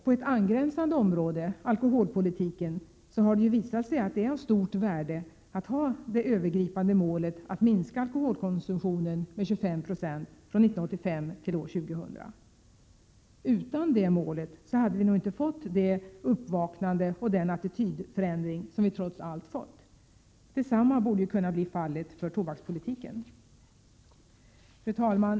På ett angränsande område — alkoholpolitiken — har det ju visat sig att det är av stort värde att ha 103 det övergripande målet att minska alkoholkonsumtionen med 25 20 från 1985 till år 2000. Utan det målet hade vi nog inte fått det uppvaknande och den attitydförändring som vi trots allt fått. Detsamma borde ju kunna bli fallet när det gäller tobakspolitiken! Fru talman!